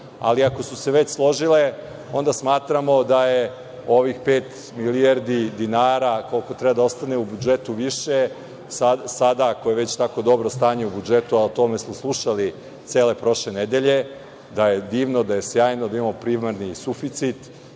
stranka. Ako su se već složile, onda smatramo da je ovih pet milijardi dinara, koliko treba da ostane u budžetu, više. Sada ako je već tako dobro stanje u budžetu, a o tome smo slušali cele prošle nedelje, da je divno, da je sjajno, da imamo privredni suficit